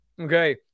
okay